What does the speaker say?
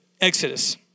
Exodus